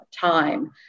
time